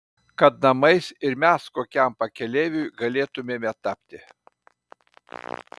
kad namais ir mes kokiam pakeleiviui galėtumėme tapti